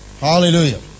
Hallelujah